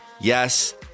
Yes